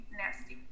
nasty